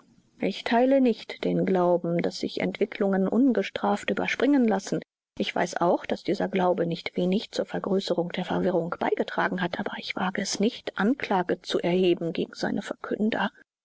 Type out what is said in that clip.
ich teile nicht den glauben daß sich entwicklungen ungestraft überspringen lassen ich weiß auch daß dieser glauben nicht wenig zur vergrößerung der verwirrung beigetragen hat aber ich wage es nicht anklage zu erheben gegen seine verkünder